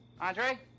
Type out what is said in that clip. Andre